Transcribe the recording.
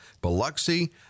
Biloxi